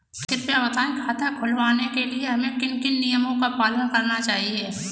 कृपया बताएँ खाता खुलवाने के लिए हमें किन किन नियमों का पालन करना चाहिए?